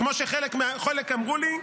כמו שחלק אמרו לי,